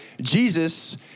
Jesus